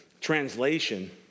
translation